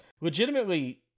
legitimately